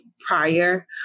prior